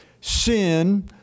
sin